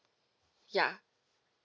ya